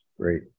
great